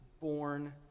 born